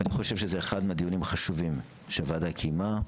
אני חושב שזה אחד הדיונים החשובים שהוועדה קיימה,